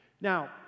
Now